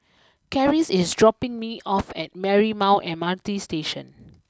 Karis is dropping me off at Marymount M R T Station